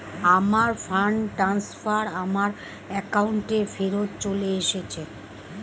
আমার fund transfer আমার অ্যাকাউন্টেই ফেরত চলে এসেছে